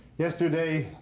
yesterday,